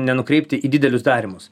nenukrypti į didelius darymus